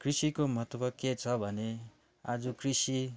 कृषिको महत्त्व के छ भने आज कृषि